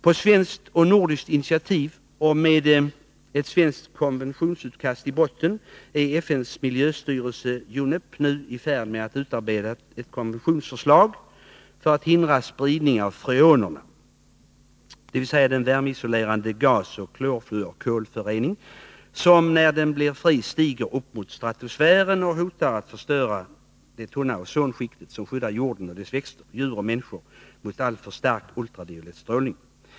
På svenskt och nordiskt initiativ och med ett svenskt konventionsutkast i botten är FN:s miljöstyrelse, UNEP, nu i färd med att utarbeta ett konventionsförslag för att hindra spridning av freoner, dvs. den värmeisolerande gas av klorfluorkolföreningar som, när den blir fri, stiger upp mot stratosfären och hotar att förstöra det tunna ozonskikt som skyddar jorden, dess växter, djur och människor mot alltför stark ultraviolett strålning.